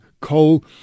coal